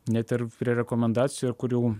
net ir prie rekomendacijų kurių